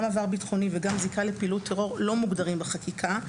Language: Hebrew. גם "עבר ביטחוני" וגם "זיקה לפעילות טרור" לא מוגדרים בחקיקה,